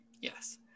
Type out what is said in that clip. yes